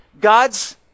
God's